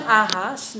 ahas